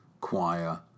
choir